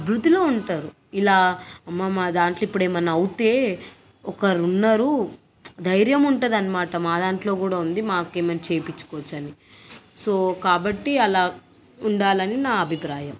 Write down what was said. అభివృద్ధిలో ఉంటారు ఇలా అమ్మ మా దాంట్లో ఇప్పుడేమన్నా అవుతే ఒకరున్నారు ధైర్యమంటాదనమాట మా దాంట్లో కూడా ఉంది మాకేమయినా చేపించుకోవచ్చని సో కాబట్టి అలా ఉండాలని నా అభిప్రాయం